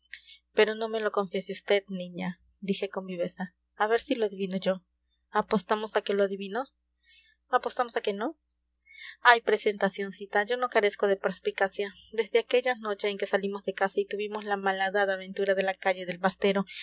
pero no me lo confiese vd niña dije con viveza a ver si lo adivino yo apostamos a que lo adivino apostamos a que no ay presentacioncita yo no carezco de perspicacia desde aquella noche en que salimos de casa y tuvimos la malhadada aventura de la calle del bastero